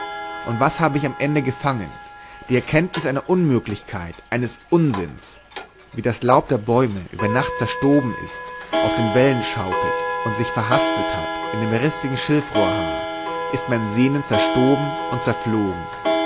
und was habe ich am ende gefangen die erkenntnis einer unmöglichkeit eines unsinns wie das laub der bäume über nacht zerstoben ist auf den wellen schaukelt und sich verhaspelt hat in dem rissigen schilfrohrhaar ist mein sehnen zerstoben und zerflogen